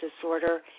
disorder